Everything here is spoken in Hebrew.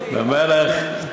גברתי היושבת בראש,